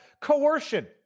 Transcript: Coercion